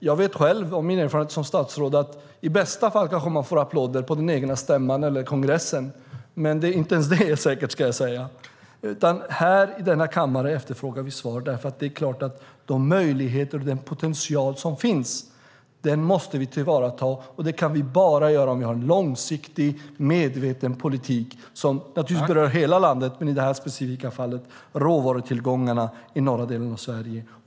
Jag vet själv från min erfarenhet som statsråd att man i bästa fall kanske får applåder på den egna stämman eller kongressen, men inte ens det är säkert. Här i denna kammare efterfrågar vi svar. De möjligheter och den potential som finns måste vi tillvarata, och det kan vi bara göra om vi har en långsiktig, medveten politik som naturligtvis berör hela landet men i detta specifika fall råvarutillgångarna i den norra delen av Sverige.